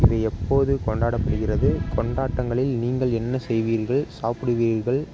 இது எப்போது கொண்டாடப்படுகிறது கொண்டாட்டங்களில் நீங்கள் என்ன செய்வீர்கள் சாப்பிடுவீர்கள்